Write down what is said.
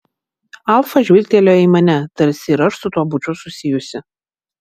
alfa žvilgtelėjo į mane tarsi ir aš su tuo būčiau susijusi